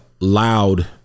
Loud